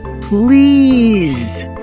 Please